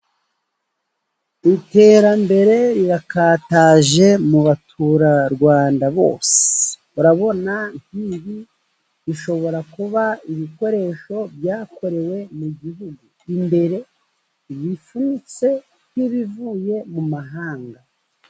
Iterambere rirakataje mu baturarwanda bose, urabona nk'ibi bishobora kuba ibikoresho byakorewe mu gihugu imbere bifunitse nk'ibivuye mu mahanga.